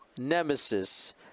nemesis